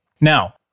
Now